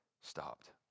stopped